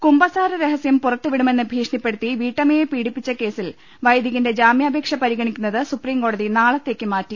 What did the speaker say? കുമ്പസാര രഹസ്യം പുറത്തു വിടുമെന്ന് ഭീഷണിപ്പെടുത്തി വീട്ടമ്മയെ പീഡിപ്പിച്ച കേസിൽ വൈദികന്റെ ജാമ്യാപേക്ഷ പരിഗ ണിക്കുന്നത് സുപ്രീംകോടതി നാളത്തേക്ക് മാറ്റി